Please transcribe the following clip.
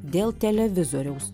dėl televizoriaus